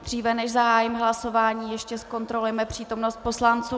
Dříve, než zahájím hlasování, ještě zkontrolujeme přítomnost poslanců.